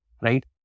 right